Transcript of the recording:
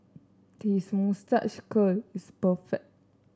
his moustache curl is perfect